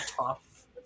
tough